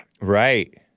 Right